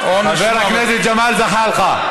נאורה, חבר הכנסת ג'מאל זחאלקה,